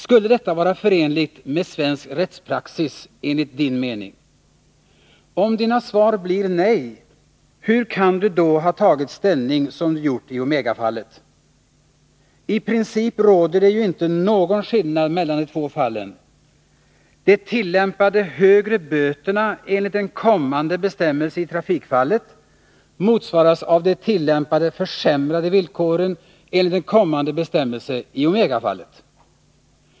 Skulle detta vara förenligt med svensk rättspraxis enligt er mening? Om era svar blir nej, hur kan ni då ha tagit ställning som ni gjort i Omegafallet? I princip råder det ju inte någon skillnad mellan de två fallen — de tillämpade högre böterna enligt en kommande bestämmelse i trafikfallet motsvaras av de tillämpade försämrade villkoren enligt en kommande bestämmelse i Omegafallet.